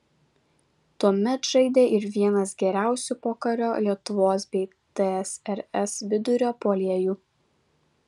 tuomet žaidė ir vienas geriausių pokario lietuvos bei tsrs vidurio puolėjų